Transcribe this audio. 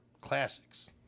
classics